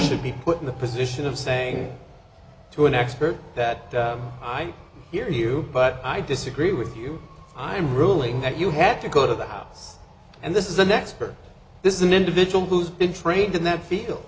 should be put in the position of saying to an expert that i hear you but i disagree with you i'm ruling that you have to go to the house and this is an expert this is an individual who's been trained in that field